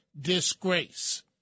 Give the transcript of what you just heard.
disgrace